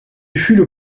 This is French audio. fut